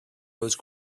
rose